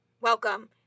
welcome